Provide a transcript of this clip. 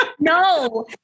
No